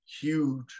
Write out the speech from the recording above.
huge